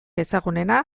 ezagunena